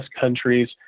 countries